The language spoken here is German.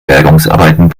bergungsarbeiten